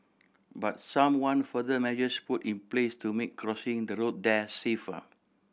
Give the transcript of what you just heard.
but some want further measures put in place to make crossing the road there safer